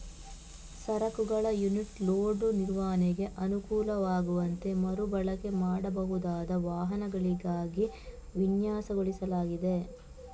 ಸರಕುಗಳ unit load ನಿರ್ವಹಣೆಗೆ ಅನುಕೂಲವಾಗುವಂತೆ ಮರು ಬಳಕೆ ಮಾಡಬಹುದಾದ ವಾಹಕಗಳಾಗಿ ವಿನ್ಯಾಸಗೊಳಿಸಲಾಗಿದೆ